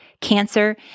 cancer